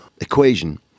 equation